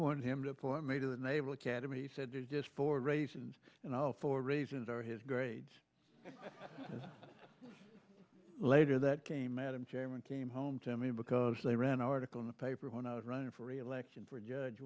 want him to for me to the naval academy said just for raisins and all for reasons are his grades as later that came madam chairman came home to me because they read article in the paper when i was running for reelection for judge